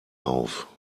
auf